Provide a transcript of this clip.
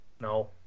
No